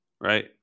Right